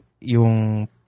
yung